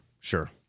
sure